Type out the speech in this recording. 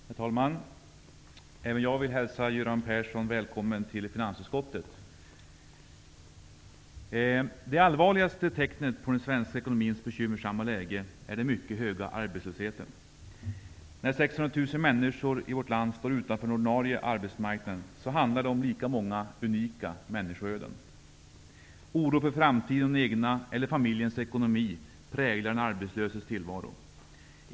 Herr talman! Även jag vill hälsa Göran Persson välkommen till finansutskottet. Det allvarligaste tecknet på den svenska ekonomins bekymmersamma läge är den mycket höga arbetslösheten. När 600 000 människor i vårt land står utanför den ordinarie arbetsmarknaden handlar det om lika många unika människoöden. Oro för framtiden och den egna eller familjens ekonomi präglar den arbetslöses tillvaro.